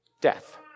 death